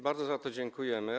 Bardzo za to dziękujemy.